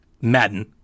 Madden